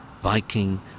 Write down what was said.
Viking